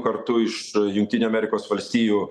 kartu iš jungtinių amerikos valstijų